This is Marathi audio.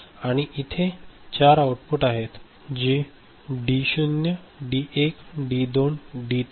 आणि इथे 4 आउटपुट आहेत डी शून्य डी 1 डी 2 डी 3